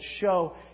show